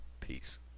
Peace